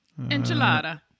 Enchilada